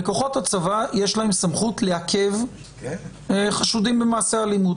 כוחות הצבא יש להם סמכות לעכב חשודים במעשי אלימות,